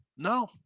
No